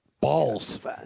Balls